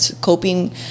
coping